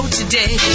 today